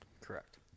Correct